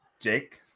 Jake